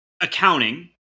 accounting